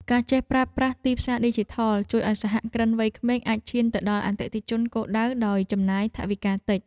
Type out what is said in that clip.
ការចេះប្រើប្រាស់ទីផ្សារឌីជីថលជួយឱ្យសហគ្រិនវ័យក្មេងអាចឈានទៅដល់អតិថិជនគោលដៅដោយចំណាយថវិកាតិច។